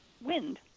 wind